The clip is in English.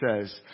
says